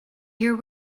hear